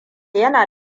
yana